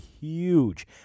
huge